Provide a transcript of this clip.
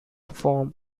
form